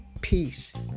Peace